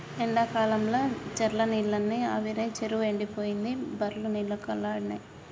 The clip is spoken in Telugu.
ఎండాకాలంల చెర్ల నీళ్లన్నీ ఆవిరై చెరువు ఎండిపోయింది బర్లు నీళ్లకు అల్లాడినై